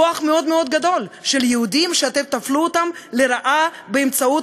כוח מאוד מאוד גדול של יהודים שאתם תפלו לרעה באמצעות